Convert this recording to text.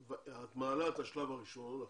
את מעלה את השלב הראשון עכשיו,